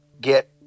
get